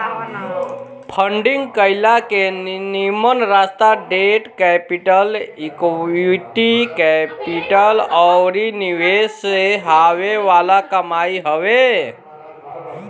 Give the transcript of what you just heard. funding कईला के निमन रास्ता डेट कैपिटल, इक्विटी कैपिटल अउरी निवेश से हॉवे वाला कमाई हवे